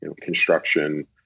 construction